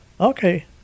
Okay